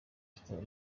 star